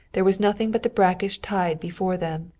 there was nothing but the brackish tide before them,